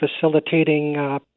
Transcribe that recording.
facilitating